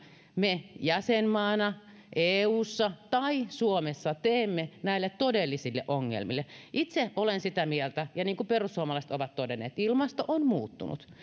me jäsenmaana eussa tai suomessa teemme näille todellisille ongelmille itse olen sitä mieltä niin kuin perussuomalaisetkin ovat todenneet että ilmasto on muuttunut